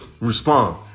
respond